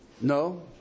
No